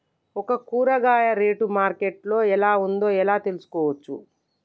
ఒక కూరగాయ rate market లో ఎలా ఉందో ఎలా తెలుసుకోవచ్చు?